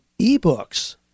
eBooks